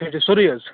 اَچھا سورُے حظ